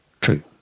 True